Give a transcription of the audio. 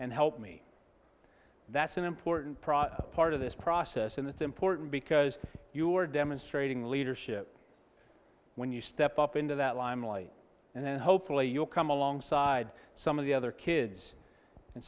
and help me that's an important process part of this process and that's important because you are demonstrating leadership when you step up into that limelight and then hopefully you'll come alongside some of the other kids and